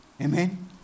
Amen